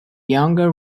younger